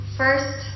first